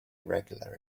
irregular